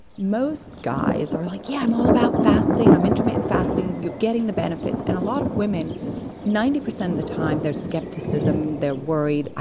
most guys are like, yeah, i'm all about fasting, i'm intermittent fasting. you're getting the benefits. and a lot of women ninety percent of the time their skepticism, they're worried,